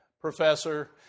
professor